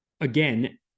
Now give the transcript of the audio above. Again